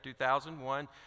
2001